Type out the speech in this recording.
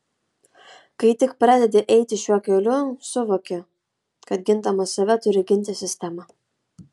kai tik pradedi eiti šiuo keliu suvoki kad gindamas save turi ginti sistemą